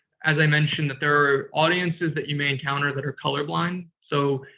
as i mentioned, that there are audiences that you may encounter that are colorblind. so,